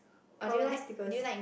probably stickers